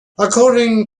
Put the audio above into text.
according